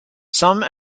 some